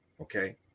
Okay